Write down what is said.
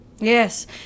Yes